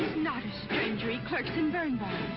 not a stranger. he clerks in birnbaum's.